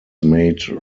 made